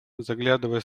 заглядывая